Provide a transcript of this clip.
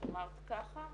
את אמרת ככה,